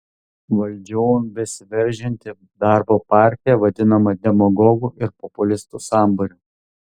valdžion besiveržianti darbo partija vadinama demagogų ir populistų sambūriu